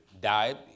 died